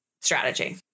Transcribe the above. strategy